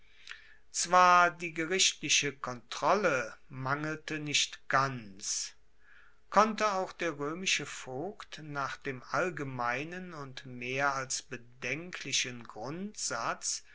zwar die gerichtliche kontrolle mangelte nicht ganz konnte auch der roemische vogt nach dem allgemeinen und mehr als bedenklichen grundsatz